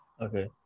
Okay